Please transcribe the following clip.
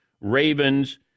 Ravens